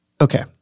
Okay